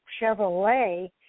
Chevrolet